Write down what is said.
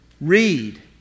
read